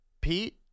Pete